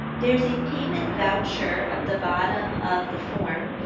there's a payment voucher at the bottom of the form,